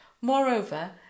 Moreover